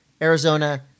Arizona